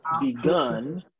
begun